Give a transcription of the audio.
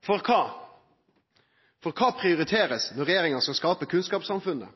for kva? For kva blir prioritert når regjeringa som skapar kunnskapssamfunnet,